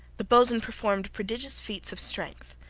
the boatswain performed prodigious feats of strength.